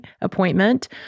appointment